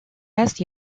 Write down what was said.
است